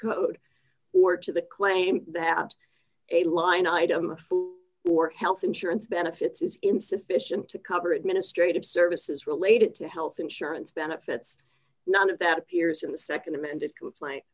code or to the claim that a line item or health insurance benefits is insufficient to cover administrative services related to health insurance benefits none of that appears in the nd amended complaint